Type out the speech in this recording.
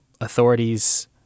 authorities